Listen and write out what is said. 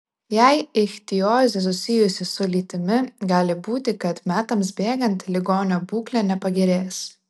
jei ichtiozė susijusi su lytimi gali būti kad metams bėgant ligonio būklė nepagerės